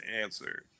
answer